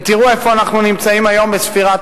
ותראו איפה אנחנו נמצאים היום בספירת